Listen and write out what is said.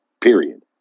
period